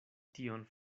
tion